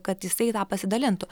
kad jisai tą pasidalintų